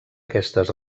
aquestes